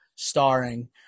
starring